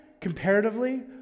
comparatively